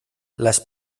les